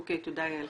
אוקי, תודה יעל.